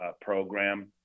program